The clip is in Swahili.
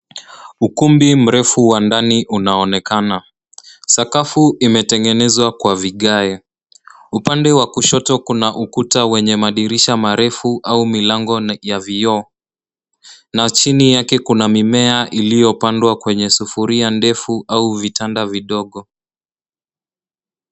Ukumbi mrefu wa ndani unaonekana. Sakafu imetengenezwa kwa vigae. upande wa kushoto kuna ukuta wenye madirisha marefu au milango ya vioo na chini yake kuna mimea iliyopandwa kwenye sufuria ndefu au vitanda vidogo.